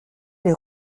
les